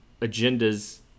agendas